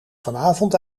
vanavond